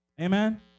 amen